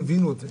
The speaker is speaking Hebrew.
דיבר פה בזום.